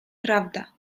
prawda